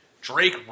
Drake